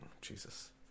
jesus